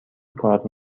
کار